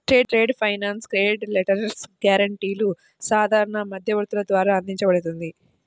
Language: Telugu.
ట్రేడ్ ఫైనాన్స్ క్రెడిట్ లెటర్స్, గ్యారెంటీలు సాధారణ మధ్యవర్తుల ద్వారా అందించబడుతుంది